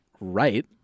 right